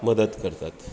मदत करतात